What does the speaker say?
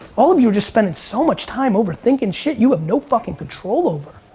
all of you are just spending so much time overthinking shit you have no fucking control over.